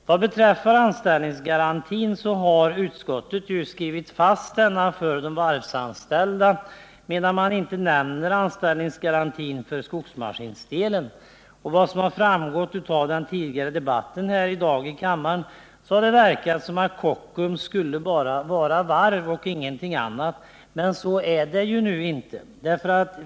Vad beträffar anställningsgarantin har utskottet skrivit fast denna för de varvsanställda, medan man inte nämner anställningsgarantin för skogsmaskinsdelen. Enligt vad som har framgått av den tidigare debatten här i kammaren i dag verkar det som om Kockums skulle vara bara varv och ingenting annat, men så är det nu inte.